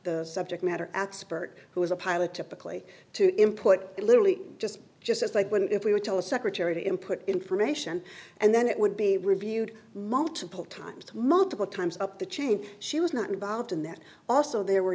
the subject matter expert who is a pilot typically to input literally just just like when if we were told secretary to input information and then it would be reviewed multiple times multiple times up the chain she was not involved in that also there were